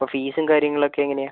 അപ്പം ഫീസും കാര്യങ്ങളൊക്കെ എങ്ങനെയാണ്